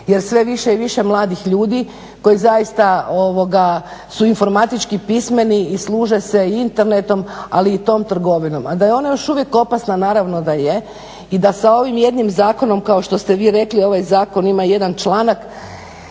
jer sve više i više mladih ljudi koji zaista su informatički pismeni i služe se internetom, ali i tom trgovinom. A da je ona još uvijek opasna, naravno da je i da se ovim jednim zakonom kao što ste vi rekli, ovaj zakon ima jedan članak,